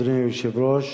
אדוני היושב-ראש,